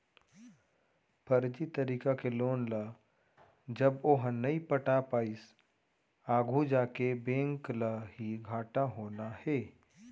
फरजी तरीका के लोन ल जब ओहा नइ पटा पाइस आघू जाके बेंक ल ही घाटा होना हे